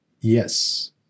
Yes